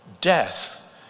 Death